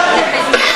חברת הכנסת מיכל רוזין.